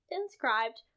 inscribed